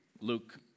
Luke